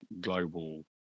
global